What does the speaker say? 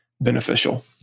beneficial